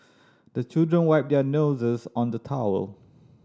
the children wipe their noses on the towel